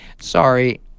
Sorry